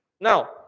Now